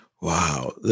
Wow